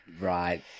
Right